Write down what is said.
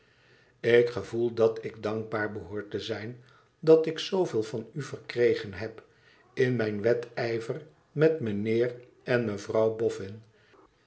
ik gevoel dat ik dankbaar behoor te zijn dat ik zooveel van u verkregen heb m mijn wedijver met meneer en mevrouw boffin